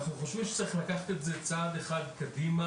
אנחנו חושבים שצריך לקחת את זה צעד אחד קדימה,